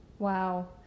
Wow